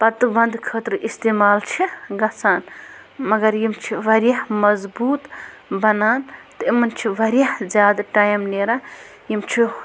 پَتہٕ ونٛدٕ خٲطرٕ اِستعمال چھِ گژھان مگر یِم چھِ واریاہ مضبوٗط بَنان تہِ یِمَن چھِ واریاہ زیادٕ ٹایِم نیران یِم چھِ